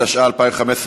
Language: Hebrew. התשע"ה 2015,